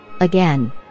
Again